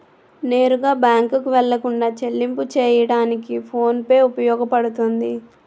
నేరుగా బ్యాంకుకు వెళ్లకుండా చెల్లింపు చెయ్యడానికి ఫోన్ పే ఉపయోగపడుతుంది